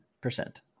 percent